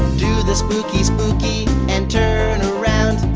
do the spooky spooky and turn around.